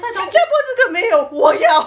新加坡这个没有我要